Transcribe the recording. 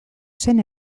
zen